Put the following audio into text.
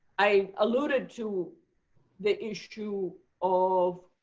i alluded to the issue of